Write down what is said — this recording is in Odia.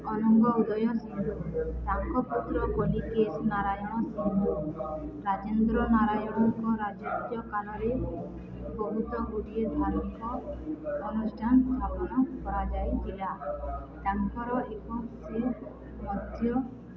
ଅନଙ୍ଗ ଉଦୟ ସିନ୍ଧୁ ତାଙ୍କ ପୁତ୍ର ଗଲିକେଶ ନାରାୟଣ ସିନ୍ଧୁ ରାଜେନ୍ଦ୍ର ନାରାୟଣଙ୍କ ରାଜତ୍ୱ କାଳରେ ବହୁତ ଗୁଡ଼ିଏ ଧାର୍ମିକ ଅନୁଷ୍ଠାନ ସ୍ଥାପନା କରାଯାଇଥିଲା ତାଙ୍କର ଏକ ସେ ମଧ୍ୟ